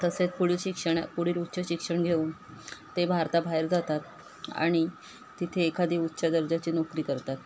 तसेच पुढील शिक्षण पुढील उच्च शिक्षण घेऊन ते भारताबाहेर जातात आणि तिथे एखादी उच्च दर्जाची नोकरी करतात